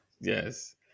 yes